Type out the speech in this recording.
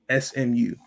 SMU